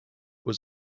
was